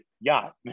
yacht